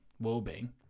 well-being